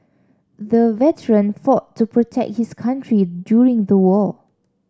the veteran fought to protect his country during the war